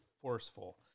forceful